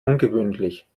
ungewöhnlich